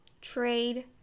trade